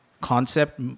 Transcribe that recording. concept